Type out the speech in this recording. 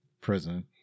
prison